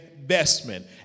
investment